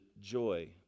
joy